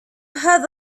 هذا